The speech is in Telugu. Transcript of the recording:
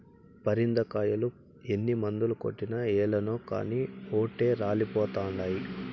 పరింద కాయలు ఎన్ని మందులు కొట్టినా ఏలనో కానీ ఓటే రాలిపోతండాయి